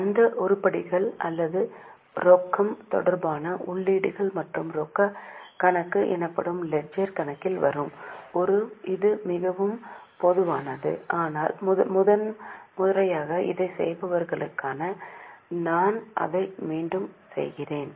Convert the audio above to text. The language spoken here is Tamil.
அந்த உருப்படிகள் அல்லது ரொக்கம் தொடர்பான உள்ளீடுகள் மட்டுமே ரொக்கக் கணக்கு எனப்படும் லெட்ஜர் கணக்கில் வரும் இது மிகவும் பொதுவானது ஆனால் முதல்முறையாக இதைச் செய்கிறவர்களுக்காக நான் அதை மீண்டும் செய்கிறேன்